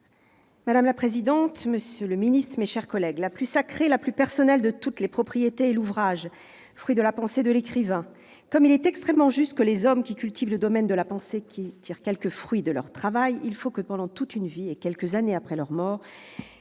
Madame la présidente, monsieur le ministre, mes chers collègues, « la plus sacrée, la plus personnelle de toutes les propriétés est l'ouvrage, fruit de la pensée de l'écrivain. Comme il est extrêmement juste que les hommes qui cultivent le domaine de la pensée tirent quelques fruits de leur travail, il faut que, pendant toute une vie, et quelques années après leur mort,